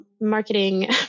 marketing